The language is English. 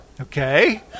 Okay